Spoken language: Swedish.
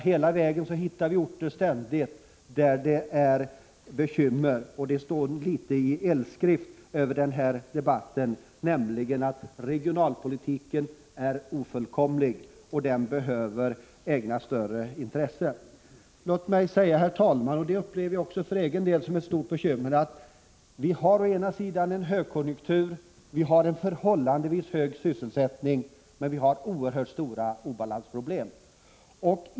Hela vägen hittar vi ständigt orter där det är bekymmer, och det står litet grand i eldskrift över den här debatten att regionalpolitiken är ofullkomlig och behöver ägnas större intresse. Låt mig säga, herr talman — jag upplever detta också för egen del som ett stort bekymmer — att vi å ena sidan har en högkonjunktur och en förhållandevis hög sysselsättning men å andra sidan har oerhört stora balansproblem.